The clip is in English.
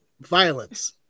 Violence